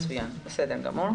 בסדר גמור.